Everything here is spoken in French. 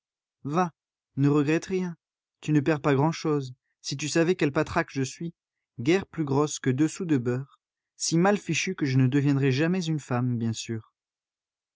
va ne regrette rien tu ne perds pas grand-chose si tu savais quelle patraque je suis guère plus grosse que deux sous de beurre si mal fichue que je ne deviendrai jamais une femme bien sûr